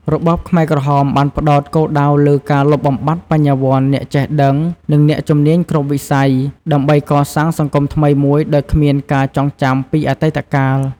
របបខ្មែរក្រហមបានផ្តោតគោលដៅលើការលុបបំបាត់បញ្ញវន្ត អ្នកចេះដឹង និងអ្នកជំនាញគ្រប់វិស័យ ដើម្បីកសាងសង្គមថ្មីមួយដោយគ្មានការចងចាំពីអតីតកាល។